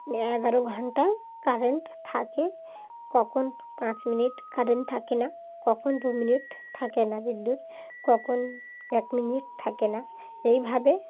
এগারো ঘন্টা কারেন্ট থাকে কখন পাঁচ মিনিট কারেন্ট থাকে না কখন দু মিনিট থাকে না বিদ্যুৎ কখন এক মিনিট থাকে না এইভাবে